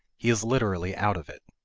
he is literally out of it.